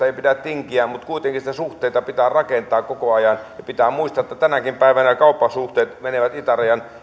ei pidä tinkiä kuitenkin suhteita rakentaa koko ajan ja pitää muistaa että tänäkin päivänä kauppasuhteet menevät itään